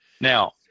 Now